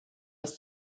das